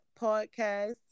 podcast